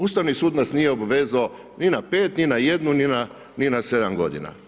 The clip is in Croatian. Ustavni sud nas nije obvezao ni na 5, ni na jednu, ni na 7 godina.